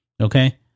Okay